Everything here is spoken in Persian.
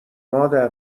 مادر